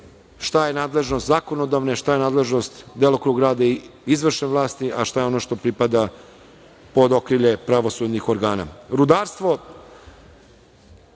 šta je nadležnost zakonodavne, šta je nadležnost i delokrug rada izvršne vlasti, a šta je ono što pripada pod okrilje pravosudnih organa. Rudarstvo